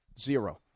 Zero